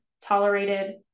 tolerated